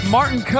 Martin